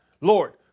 Lord